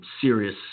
serious